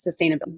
sustainability